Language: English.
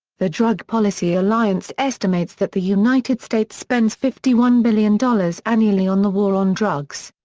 the drug policy alliance estimates that the united states spends fifty one billion dollars annually on the war on drugs.